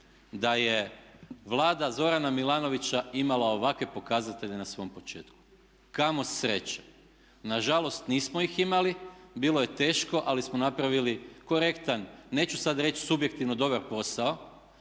da je Vlada Zorana Milanovića imala ovakve pokazatelje na svom početku, kamo sreće. Nažalost nismo ih imali, bilo je teško ali smo napravili korektan, neću sada reći subjektivno dobar posao,